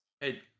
Hey